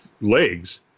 legs